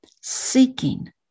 seeking